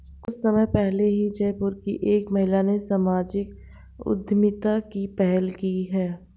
कुछ समय पहले ही जयपुर की एक महिला ने सामाजिक उद्यमिता की पहल की है